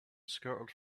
scattered